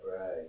right